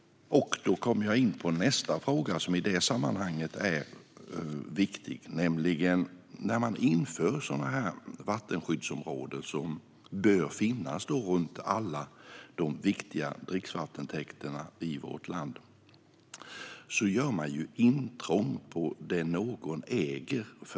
Då kommer jag in på nästa fråga som är viktig i sammanhanget. När man inför sådana här vattenskyddsområden, som bör finnas runt alla de viktiga dricksvattentäkterna i vårt land, gör man för det mesta intrång i det som någon äger.